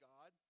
God